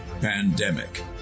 pandemic